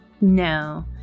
no